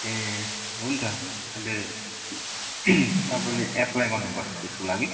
ए हुन्छ अहिले तपाईँले एप्लाई गर्नुपर्छ त्यसको लागि